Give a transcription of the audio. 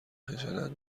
خجالت